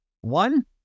one